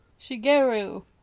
Shigeru